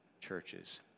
churches